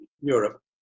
Europe